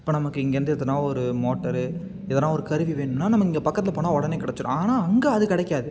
இப்போ நமக்கு இங்கேருந்து எடுத்தோம்னா ஒரு மோட்டரு எதனா ஒரு கருவி வேணும்னா நம்ம இங்கே பக்கத்தில் போனால் உடனே கிடச்சிரும் ஆனால் அங்கே அது கிடைக்காது